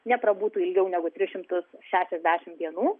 neprabūtų ilgiau negu tris šimtus šešiasdešimt dienų